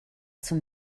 zum